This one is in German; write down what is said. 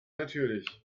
natürlich